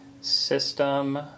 system